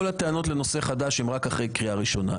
כל הטענות לנושא חדש, הן רק אחרי קריאה ראשונה.